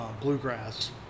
bluegrass